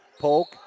Polk